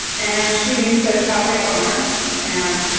and she meets a cafe owner and